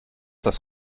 das